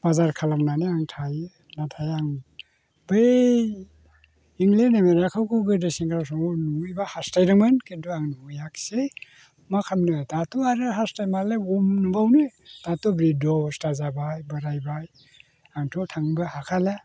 बाजार खालामनानै आं थायो नाथाय आं बै इंलेन्ड आमेरिखाखौ गोदो सेंग्रा समाव नुहैब्ला हासथायदोंमोन खिन्थु आं नुहैयासै मा खालामनो दाथ' आरो हास्थायमालाय बबाव नुबावनो दाथ' बिध' अबस्था जाबाय बोराइबाय आंथ' थानोबो हाखाले